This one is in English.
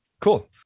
cool